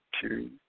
two